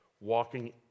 walking